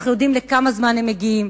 אנחנו יודעים לכמה זמן הם מגיעים,